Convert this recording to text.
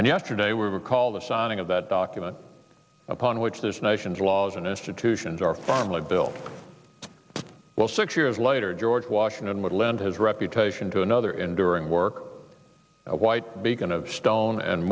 and yesterday were called the signing of that document upon which this nation's laws and institutions are firmly built well six years later george washington would lend his reputation to another enduring work white begin to stone and